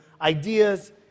ideas